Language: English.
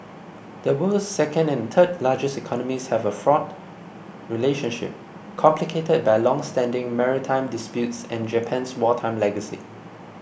the world's second and third largest economies have a fraught relationship complicated by longstanding maritime disputes and Japan's wartime legacy